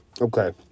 Okay